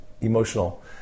Emotional